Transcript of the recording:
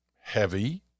heavy